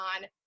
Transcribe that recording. on